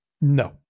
No